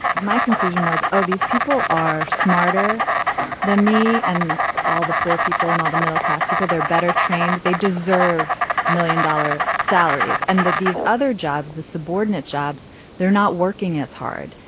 my conclusion was oh these people are smarter than me and all the poor people and all the middle class people they're better trained they deserve million dollar salaries and that these other jobs the subordinate jobs they're not working as hard.